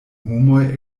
homoj